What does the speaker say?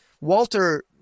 Walter